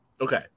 Okay